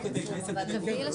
גם את הסמכויות,